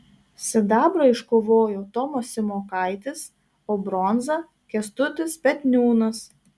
sidabrą iškovojo tomas simokaitis o bronzą kęstutis petniūnas